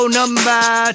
number